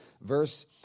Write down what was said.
verse